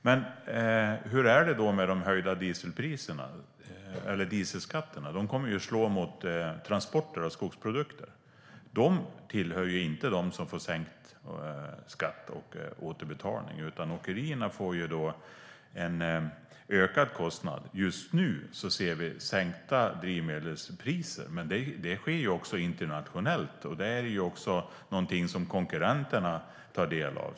Men de höjda dieselskatterna kommer ju att slå mot transporter av skogsprodukter. De hör inte till dem som återbetalning av skatt, utan åkerierna får i stället en ökad kostnad. Just nu ser vi sänkta drivmedelspriser, men det sker också internationellt och är något som också konkurrenterna tar del av.